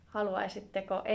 Haluaisitteko